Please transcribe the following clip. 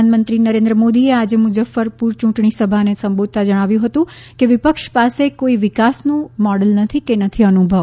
પ્રધાનમંત્રી નરેન્દ્ર મોદીએ આજે મુઝફ્ફરપુર ચૂંટણી સભાને સંબોધતા જણાવ્યું હતું કે વિપક્ષ પાસે કોઇ વિકાસનું કોઇ મોડલ નથી કે નથી અનુભવ